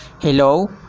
Hello